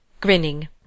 grinning